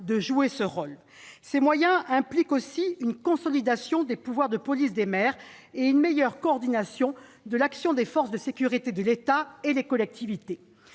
de jouer ce rôle. Ces moyens impliquent aussi une consolidation des pouvoirs de police des maires et une meilleure coordination de l'action des forces de sécurité de l'État et des collectivités.